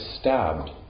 stabbed